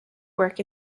work